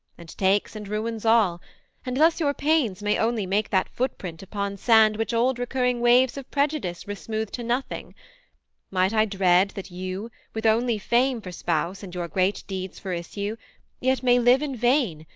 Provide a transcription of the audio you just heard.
and takes and ruins all and thus your pains may only make that footprint upon sand which old-recurring waves of prejudice resmooth to nothing might i dread that you, with only fame for spouse and your great deeds for issue, yet may live in vain,